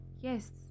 yes